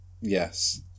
Yes